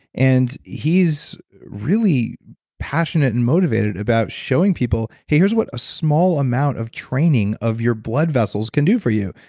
and he's really passionate and motivated about showing people, here's what a small amount of training of your blood vessels can do for you.